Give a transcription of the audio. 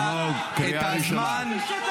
אלמוג, קריאה ראשונה.